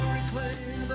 reclaim